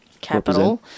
Capital